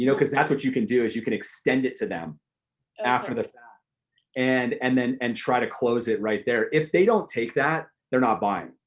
you know cause that's what you can do is you can extend it to them after the fact and and and try to close it right there. if they don't take that, they're not buying,